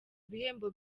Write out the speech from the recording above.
ibihembo